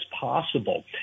possible